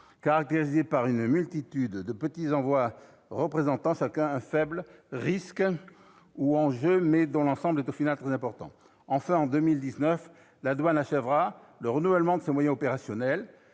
caractérisé par une multitude de petits envois représentant chacun un faible risque ou enjeu, mais dont l'ensemble est, au total, très important. Enfin, en 2019, la douane achèvera le renouvellement de ses moyens opérationnels.